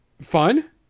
fun